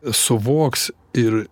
suvoks ir